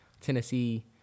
Tennessee